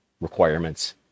requirements